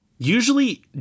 usually